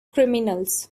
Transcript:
criminals